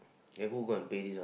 aye who go and pay this one